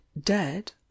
dead